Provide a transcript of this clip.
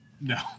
No